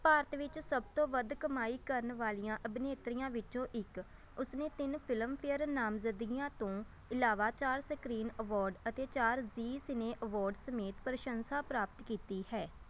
ਭਾਰਤ ਵਿੱਚ ਸਭ ਤੋਂ ਵੱਧ ਕਮਾਈ ਕਰਨ ਵਾਲੀਆਂ ਅਭਿਨੇਤਰੀਆਂ ਵਿੱਚੋਂ ਇੱਕ ਉਸ ਨੇ ਤਿੰਨ ਫਿਲਮਫੇਅਰ ਨਾਮਜ਼ਦਗੀਆਂ ਤੋਂ ਇਲਾਵਾ ਚਾਰ ਸਕ੍ਰੀਨ ਅਵੋਰਡ ਅਤੇ ਚਾਰ ਜ਼ੀ ਸਿਨੇ ਅਵੋਰਡ ਸਮੇਤ ਪ੍ਰਸ਼ੰਸਾ ਪ੍ਰਾਪਤ ਕੀਤੀ ਹੈ